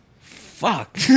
fuck